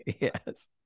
Yes